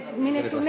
סגנית השר.